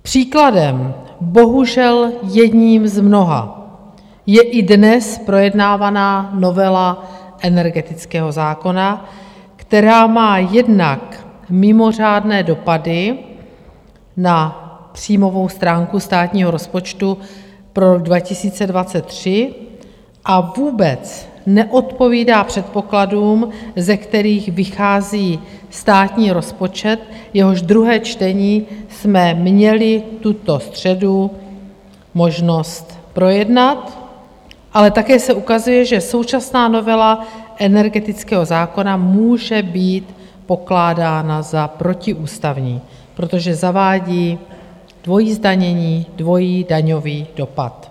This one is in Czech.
Příkladem, bohužel jedním z mnoha, je i dnes projednávaná novela energetického zákona, která má jednak mimořádné dopady na příjmovou stránku státního rozpočtu pro rok 2023 a vůbec neodpovídá předpokladům, ze kterých vychází státní rozpočet, jehož druhé čtení jsme měli tuto středu možnost projednat, ale také se ukazuje, že současná novela energetického zákona může být pokládána za protiústavní, protože zavádí dvojí zdanění, dvojí daňový dopad.